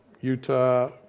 Utah